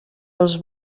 els